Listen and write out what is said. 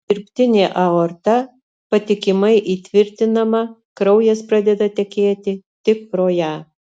dirbtinė aorta patikimai įtvirtinama kraujas pradeda tekėti tik pro ją